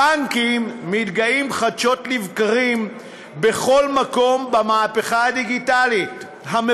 הבנקים מתגאים חדשות לבקרים בכל מקום במהפכה הדיגיטלית שהם עושים,